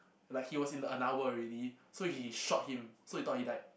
like he was in an hour already so he shot him so he thought he died